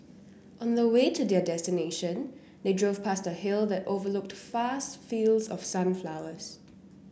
on the way to their destination they drove past a hill that overlooked vast fields of sunflowers